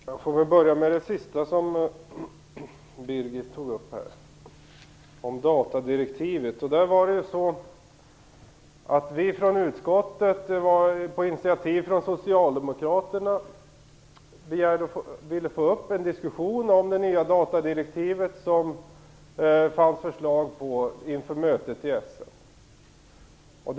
Fru talman! Jag skall börja med det sista som Birgit Friggebo berörde, nämligen datadirektivet. Utskottet ville på initiativ från Socialdemokraterna få en diskussion om det nya datadirektiv som det fanns förslag om inför mötet i Essen.